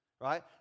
right